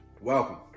Welcome